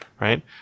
right